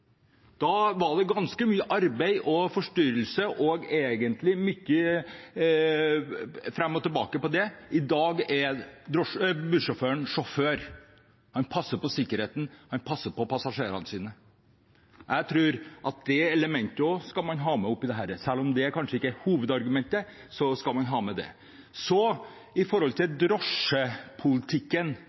Da drev vi med pengeinnkreving, og da var det ganske mye arbeid og forstyrrelser og egentlig mye fram og tilbake med det. I dag er bussjåføren sjåfør. Han passer på sikkerheten, han passer på passasjerene sine. Jeg tror at det elementet skal man også ha med i dette. Selv om det ikke er hovedargumentet, skal man ha det med. Så til drosjepolitikken